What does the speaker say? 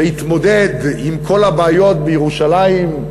להתמודד עם כל הבעיות בירושלים,